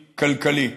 החברתי-כלכלי.